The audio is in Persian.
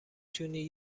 تونی